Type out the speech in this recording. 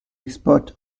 export